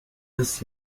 des